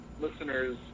listeners